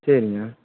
சரிங்க